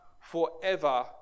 forever